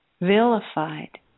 vilified